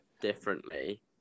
differently